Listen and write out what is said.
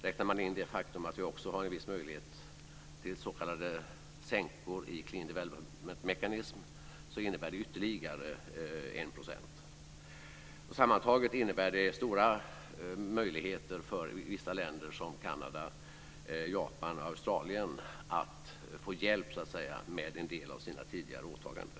Räknar man in det faktum att vi också har en viss möjlighet till s.k. sänkor i Clean development mechanism innebär det ytterligare 1 %. Sammantaget innebär det stora möjligheter för vissa länder som Kanada, Japan och Australien att så att säga få hjälp med en del av sina tidigare åtaganden.